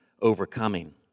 overcoming